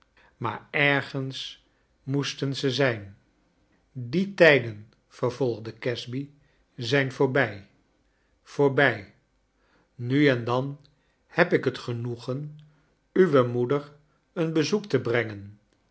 maar ergens moesten ze zijn die tijden vervolgde casby zijn voorbij voorbij nu en dan heb ik het genoegen uwe moeder een bezoek te brengen